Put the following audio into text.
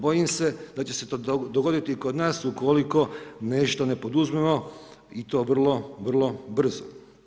Bojim se da će se to dogoditi i kod nas ukoliko nešto ne poduzmemo i to vrlo, vrlo brzo.